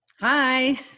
hi